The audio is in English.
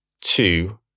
two